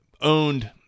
owned